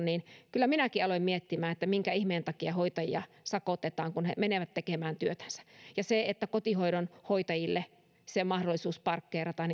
niin kyllä minäkin aloin miettimään minkä ihmeen takia hoitajia sakotetaan kun he menevät tekemään työtänsä onhan kotihoidon hoitajille mahdollisuus parkkeerata